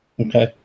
Okay